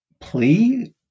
plea